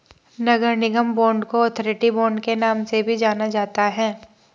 नगर निगम बांड को authority bond के नाम से भी जाना जाता है